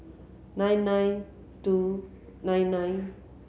nine nine two nine nine